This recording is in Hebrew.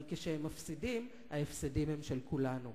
אבל כשהם מפסידים, ההפסדים הם של כולנו.